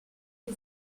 des